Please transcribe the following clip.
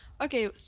Okay